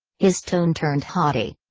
his tone turned haughty.